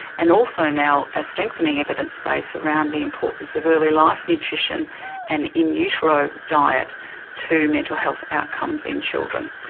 and also now a strengthening evidence base around the importance of early life nutrition and in utero diet to mental health outcomes in children.